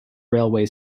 railway